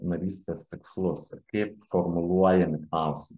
narystės tikslus ir kaip formuluojami klausimai